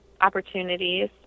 opportunities